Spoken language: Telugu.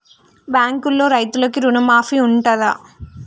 బ్యాంకులో రైతులకు రుణమాఫీ ఉంటదా?